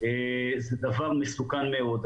זה דבר מסוכן מאוד.